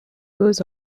goes